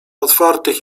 otwartych